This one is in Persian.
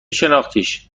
شناختیش